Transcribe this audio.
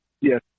Yes